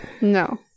No